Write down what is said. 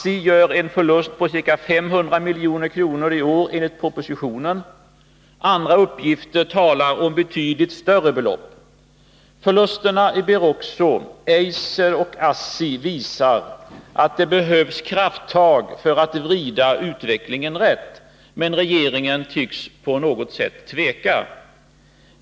ASSI gör en förlust på ca 500 milj.kr. i år enligt propositionen — andra uppgifter talar om betydligt större belopp. Förlusterna i Beroxo, Eiser och ASSTI visar att det behövs krafttag för att vrida utvecklingen rätt. Men regeringen tycks på något sätt tveka.